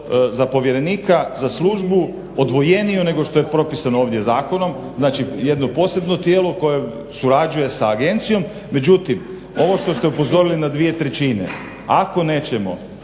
za povjerenika, za službu, odvojeniju nego što je propisano ovdje zakonom. Znači jedno posebno tijelo koje surađuje sa agencijom. Međutim, ovo što ste upozorili na dvije trećine ako nećemo